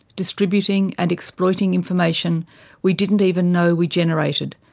distributing and exploiting information we didn't even know we generated,